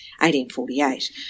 1848